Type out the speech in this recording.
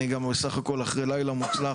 בסך הכול אני גם אחרי לילה מוצלח,